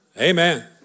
Amen